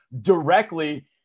directly